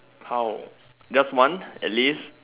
how just one at least